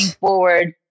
forward